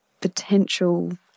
potential